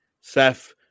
Seth